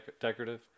decorative